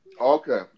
Okay